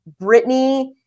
Britney